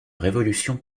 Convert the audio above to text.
révolution